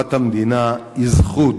לטובת המדינה, היא זכות,